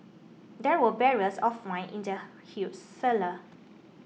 there were barrels of wine in the huge cellar